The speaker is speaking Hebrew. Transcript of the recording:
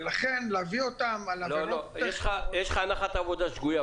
ולכן להביא אותם על עבירות --- יש לך הנחת עבודה שגויה.